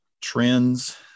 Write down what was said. trends